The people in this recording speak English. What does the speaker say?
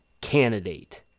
candidate